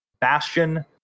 Bastion